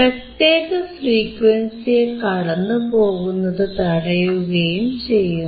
പ്രത്യേക ഫ്രീക്വൻസിയെ കടന്നുപോകുന്നതു തടയുകയും ചെയ്യുന്നു